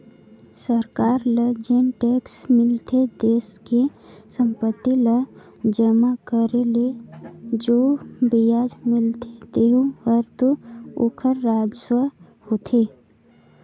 सरकार ल जेन टेक्स मिलथे देस के संपत्ति ल जमा करे ले जो बियाज मिलथें तेहू हर तो ओखर राजस्व होथे